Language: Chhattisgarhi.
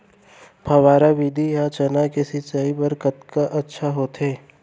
फव्वारा विधि ह चना के सिंचाई बर कतका अच्छा होथे?